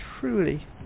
Truly